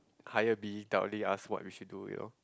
higher being telling us what we should do you know